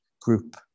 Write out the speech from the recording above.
group